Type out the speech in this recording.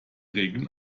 regeln